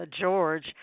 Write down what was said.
George